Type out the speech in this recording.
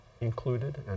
included